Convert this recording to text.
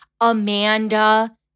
Amanda